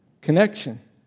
connection